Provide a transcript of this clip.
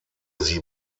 sie